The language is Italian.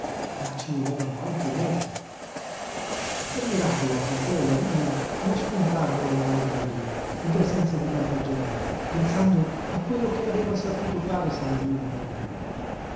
ma ci volevano anche i mezzi per miracolo a pompeo lagúmina non spuntarono le lagrime lí in presenza di tanta gente pensando a quello che aveva saputo fare sandrina per lui